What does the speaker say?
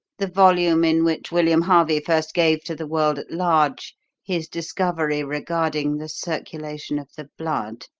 the volume in which william harvey first gave to the world at large his discovery regarding the circulation of the blood.